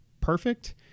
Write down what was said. perfect